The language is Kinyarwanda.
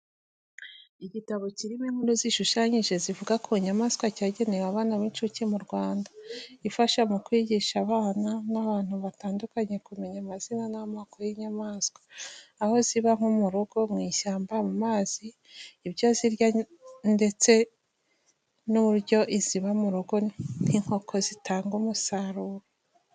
Igitabo kirimo inkuru zishushanyije zivuga ku nyamaswa cyagenewe abana b'inshuke mu Rwanda. Ifasha mu kwigisha abana n’abantu batandukanye kumenya amazina n'amoko y'inyamaswa, aho ziba nko mu rugo, mu ishyamba, mu mazi, ibyo zirya ndetse n'uburyo iziba mu rugo nk'inkoko zitanga umusaruro.